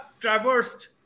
traversed